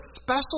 special